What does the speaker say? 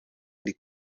ndi